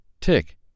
tick